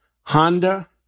Honda